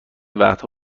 وقتها